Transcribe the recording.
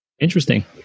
Interesting